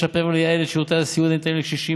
לשפר ולייעל את שירותי הסיעוד הניתנים לקשישים,